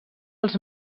als